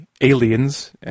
aliens